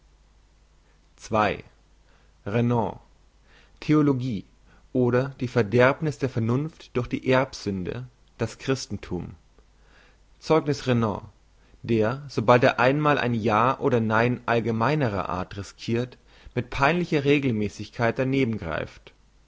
renan theologie oder die verderbniss der vernunft durch die erbsünde das christenthum zeugniss renan der sobald er einmal ein ja oder nein allgemeinerer art risquirt mit peinlicher regelmässigkeit daneben greift